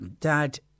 dad